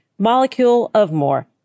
MoleculeOfMore